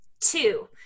two